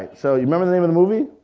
so you remember the name of the movie?